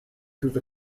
through